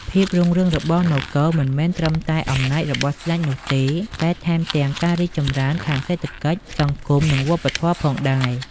ភាពរុងរឿងរបស់នគរមិនមែនត្រឹមតែអំណាចរបស់ស្តេចនោះទេ តែថែមទាំងការរីកចម្រើនខាងសេដ្ឋកិច្ច សង្គម និងវប្បធម៌ផងដែរ។